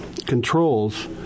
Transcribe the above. controls